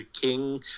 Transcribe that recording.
King